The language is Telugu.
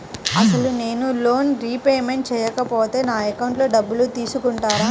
అసలు నేనూ లోన్ రిపేమెంట్ చేయకపోతే నా అకౌంట్లో డబ్బులు తీసుకుంటారా?